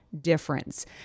difference